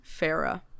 Farah